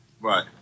Right